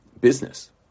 business